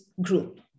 group